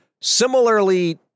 similarly